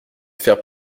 faire